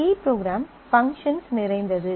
C program functions நிறைந்தது